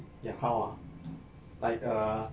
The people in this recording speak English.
ya how ah like err